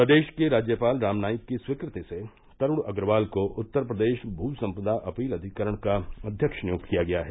प्रदेश के राज्यपाल राम नाईक की स्वीकृति से तरूण अग्रवाल को उत्तर प्रदेश भू सम्पदा अपील अधिकरण का अध्यक्ष नियुक्त किया गया है